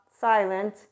silent